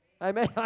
Amen